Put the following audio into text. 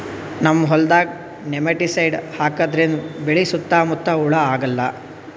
ನಮ್ಮ್ ಹೊಲ್ದಾಗ್ ನೆಮಟಿಸೈಡ್ ಹಾಕದ್ರಿಂದ್ ಬೆಳಿ ಸುತ್ತಾ ಮುತ್ತಾ ಹುಳಾ ಆಗಲ್ಲ